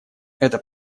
это